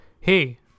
Hey